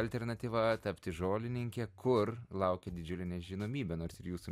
alternatyva tapti žolininke kur laukia didžiulė nežinomybė nors ir jūsų